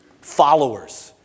followers